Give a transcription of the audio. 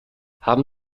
haben